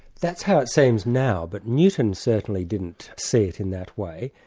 that's how it seems now, but newton certainly didn't see it in that way.